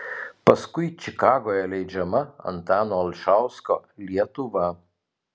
paskui čikagoje leidžiama antano olšausko lietuva